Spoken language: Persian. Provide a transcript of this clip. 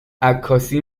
عکاسی